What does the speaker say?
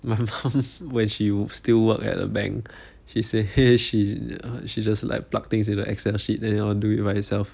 my mum when she was still work at a bank she say she's she just like plug things in the excel sheet then they all do it by itself